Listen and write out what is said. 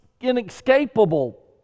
inescapable